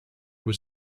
was